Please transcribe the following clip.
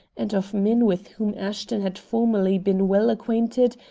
and of men with whom ashton had formerly been well acquainted,